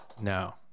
No